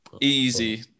Easy